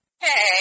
Hey